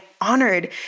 honored